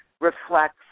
reflects